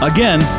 Again